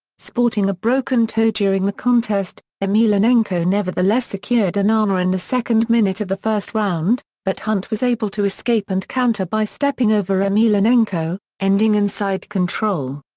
sporting a broken toe during the contest, emelianenko nevertheless secured an armbar in the second minute of the first round, but hunt was able to escape and counter by stepping over emelianenko, ending in side control.